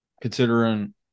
considering